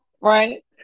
Right